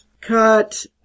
Cut